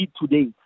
today